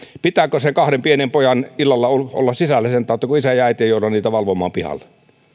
pitääkö niiden kahden pienen pojan illalla olla sisällä sen tautta että isä ja äiti eivät jouda niitä valvomaan pihalla